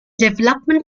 development